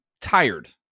tired